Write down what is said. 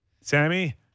Sammy